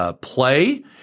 play